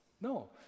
No